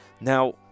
Now